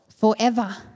forever